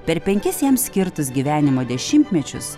per penkis jam skirtus gyvenimo dešimtmečius